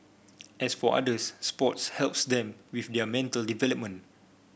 as for others sports helps them with their mental development